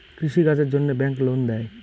কৃষি কাজের জন্যে ব্যাংক লোন দেয়?